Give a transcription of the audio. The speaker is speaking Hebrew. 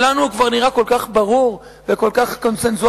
שלנו הוא כבר נראה כל כך ברור וכל כך קונסנזואלי,